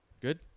Good